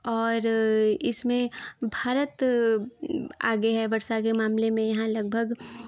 और इसमें भारत आगे है वर्षा के मामले में यहाँ लगभग